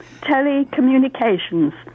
Telecommunications